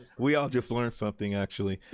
we all just learned something actually.